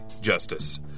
Justice